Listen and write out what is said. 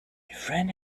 friend